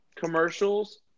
Commercials